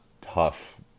tough